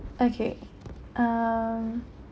okay um